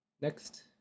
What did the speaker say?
Next